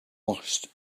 must